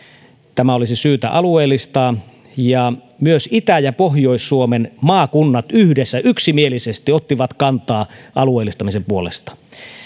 tämä olisi syytä alueellistaa ja myös itä ja pohjois suomen maakunnat yhdessä yksimielisesti ottivat kantaa alueellistamisen puolesta